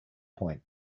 point